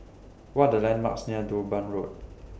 What Are The landmarks near Durban Road